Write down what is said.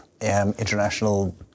international